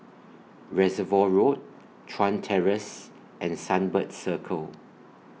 Reservoir Road Chuan Terrace and Sunbird Circle